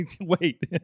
Wait